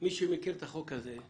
מי שמכיר את החוק הזה,